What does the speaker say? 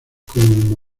como